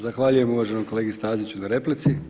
Zahvaljujem uvaženom kolegi Staziću na replici.